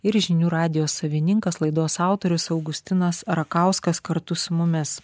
ir žinių radijo savininkas laidos autorius augustinas rakauskas kartu su mumis